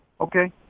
okay